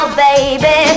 baby